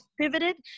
pivoted